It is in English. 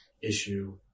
issue